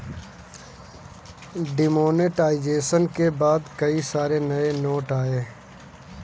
demonetisation के बाद कई सारे नए नोट आये